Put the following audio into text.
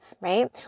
right